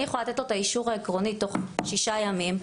אני יכולה לתת לו את האישור העקרוני תוך שישה ימים,